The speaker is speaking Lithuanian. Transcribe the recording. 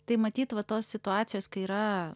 tai matyt va tos situacijos kai yra